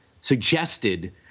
suggested